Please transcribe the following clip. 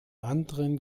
anderen